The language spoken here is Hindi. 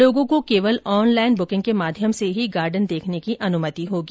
लोगों को केवल ऑनलाइन बुकिंग के माध्यम से ही गार्डन देखने की अनुमति होगी